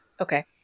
Okay